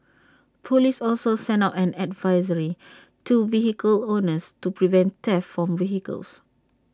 Police also sent out an advisory to vehicle owners to prevent theft from vehicles